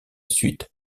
suite